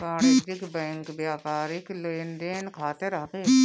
वाणिज्यिक बैंक व्यापारिक लेन देन खातिर हवे